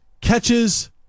Catches